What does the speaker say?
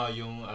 yung